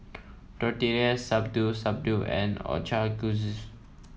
Tortillas Shabu Shabu and